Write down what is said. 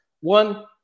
One